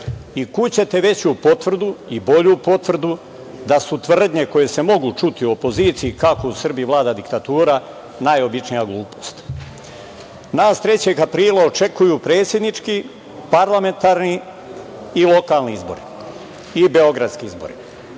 i kud ćete veću potvrdu i bolju potvrdu da su tvrdnje koje se mogu čuti u opoziciji, kako u Srbiji vlada diktatura, najobičnija glupost. Nas 3. aprila očekuju predsednički, parlamentarni i lokalni izbori i beogradski izbori.